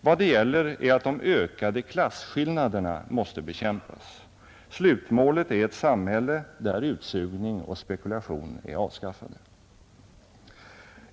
Vad det gäller är att de ökade klassskillnaderna måste bekämpas. Slutmålet är ett samhälle där utsugning och spekulation är avskaffade.